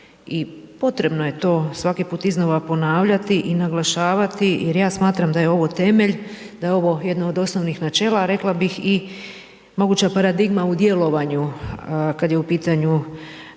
i potrebno je to svaki put iznova ponavljati i naglašavati jer ja smatram da je ovo temelj, da je ovo jedno od osnovnih načela, a rekla bih i moguća paradigma u djelovanju kada je u pitanju